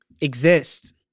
exist